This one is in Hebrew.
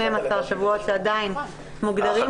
שבועות שעדיין מוגדרים כחופשת לידה.